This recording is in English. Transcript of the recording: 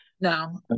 No